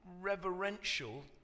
reverential